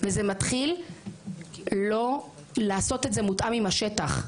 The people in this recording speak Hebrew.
וזה מתחיל לא לעשות את זה מותאם עם השטח,